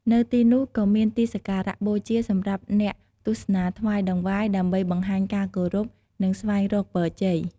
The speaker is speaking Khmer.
នៅទីនោះក៏មានទីសក្ការៈបូជាសម្រាប់អ្នកទស្សនាថ្វាយតង្វាយ ដើម្បីបង្ហាញការគោរព និងស្វែងរកពរជ័យ។